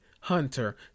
Hunter